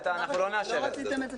אנחנו לא נאשר את זה,